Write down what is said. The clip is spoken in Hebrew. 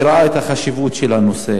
שראה את החשיבות של הנושא.